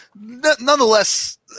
Nonetheless